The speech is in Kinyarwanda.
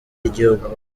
y’igihugu